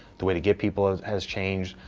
the way to get people has changed,